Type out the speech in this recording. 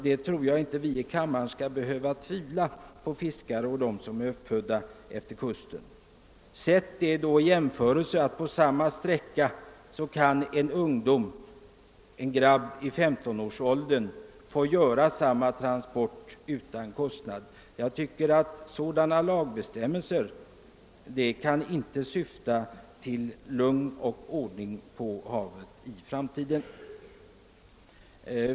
Vi skall inte i denna kammare ifrågasätta kunskaperna hos fiskare och andra kustbor med motsvarande bakgrund samtidigt som en pojke i 15-årsåldern kan få utföra transporter av den typ jag nämnt utan påföljd. Sådana lagbestämmelser kan inte befrämja ordning och reda på havet i framtiden.